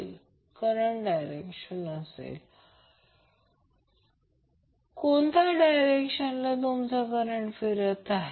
तर ही thumb direction तुम्हाला दर्शवते की कसे आणि कोणत्या डायरेक्शला तुमचा करंट फिरत आहे